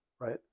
right